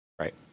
right